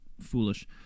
foolish